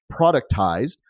productized